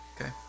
Okay